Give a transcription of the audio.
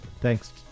thanks